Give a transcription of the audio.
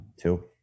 Two